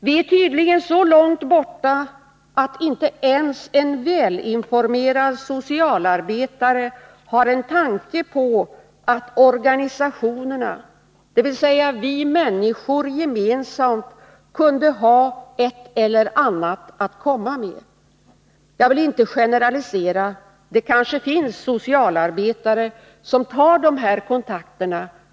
Vi är tydligen så långt borta att inte ens en välinformerad socialarbetare har en tanke på att organisationerna — vi människor gemensamt — kunde ha ett eller annat att komma med. Jag vill inte generalisera, för det kanske finns socialarbetare som har dessa kontakter.